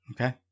Okay